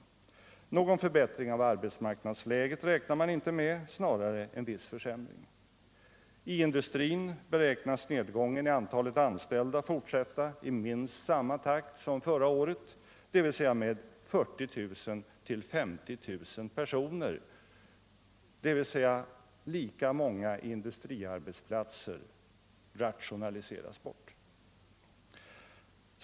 Någon förbättring av arbetsmarknadsläget räknar man inte med, snarare en viss försämring. I industrin beräknas nedgången i antalet anställda fortsätta i minst samma takt som förra året, dvs. 40 000-50 000 industriarbetsplatser kommer att rationaliseras bort.